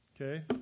Okay